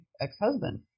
ex-husband